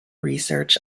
research